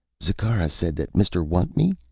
zikkara said that mister want me,